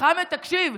חמד,